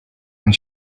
and